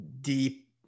deep